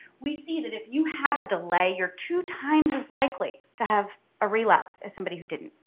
we see that if you had a delay you're two times as likely to have a relapse as somebody who didn't.